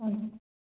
ꯎꯝ